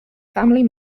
family